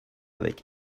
avec